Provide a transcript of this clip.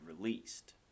released